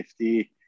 50